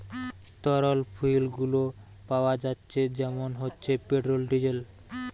তরল ফুয়েল গুলো পাওয়া যাচ্ছে যেমন হচ্ছে পেট্রোল, ডিজেল